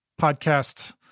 podcast